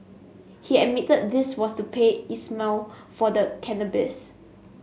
he admitted this was to pay Ismail for the cannabis